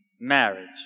marriage